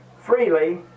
freely